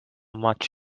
much